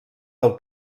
del